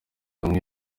bamwe